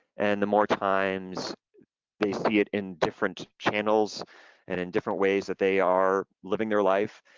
and the more times they see it in different channels and in different ways that they are living their life